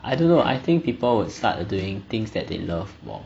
I don't know I think people will start doing things that they love more